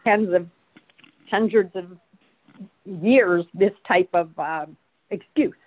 tens of hundreds of years this type of excuse